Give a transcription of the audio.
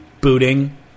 booting